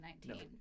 2019